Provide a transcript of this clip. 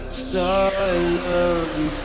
silence